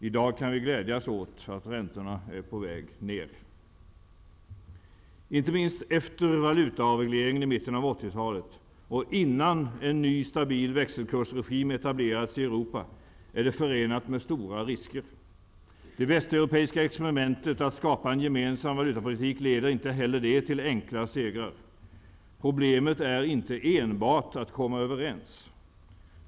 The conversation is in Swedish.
I dag kan vi glädjas åt att räntorna är på väg neråt. Inte minst efter valutaavregleringen i mitten av 80-talet och innan en ny stabil växelkursregim etablerats i Europa föreligger stora risker. Det västeuropeiska experimentet att skapa en gemensam valutapolitik leder inte heller det till enkla segrar. Problemet är inte enbart att komma överens.